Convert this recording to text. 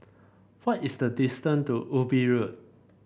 what is the distance to Ubi Road